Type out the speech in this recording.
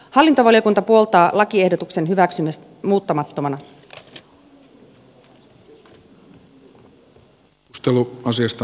hallintovaliokunta puoltaa lakiehdotuksen hyväksymistä muuttamattomana